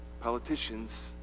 politicians